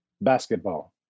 basketball